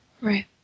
Right